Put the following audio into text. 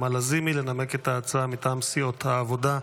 לזימי לנמק את ההצעה מטעם סיעות העבודה,